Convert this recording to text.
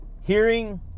Hearing